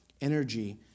energy